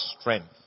strength